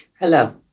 Hello